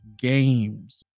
games